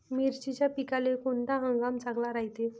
मिर्चीच्या पिकाले कोनता हंगाम चांगला रायते?